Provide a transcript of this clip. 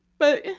but,